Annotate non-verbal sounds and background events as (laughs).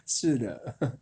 是的 (laughs)